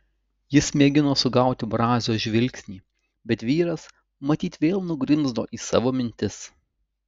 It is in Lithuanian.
jis mėgino sugauti brazio žvilgsnį bet vyras matyt vėl nugrimzdo į savo mintis